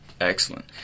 Excellent